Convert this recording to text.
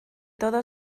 todo